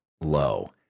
low